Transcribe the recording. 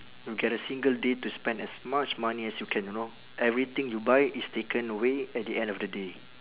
you get a single day to spend as much money as you can you know everything you buy is taken away at the end of the day